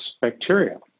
bacteria